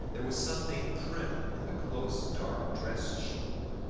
there was something prim in the close dark dress she wore,